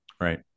Right